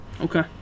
Okay